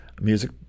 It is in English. music